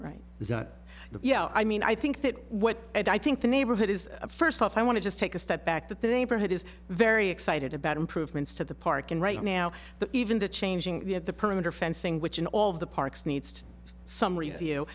the yeah i mean i think that what i think the neighborhood is first off i want to just take a step back that the neighborhood is very excited about improvements to the park and right now the even the changing the of the perimeter fencing which in all of the parks needs to be some review